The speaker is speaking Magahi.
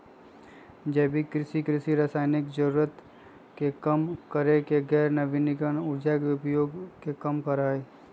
जैविक कृषि, कृषि रासायनिक जरूरत के कम करके गैर नवीकरणीय ऊर्जा के उपयोग के कम करा हई